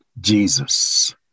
Jesus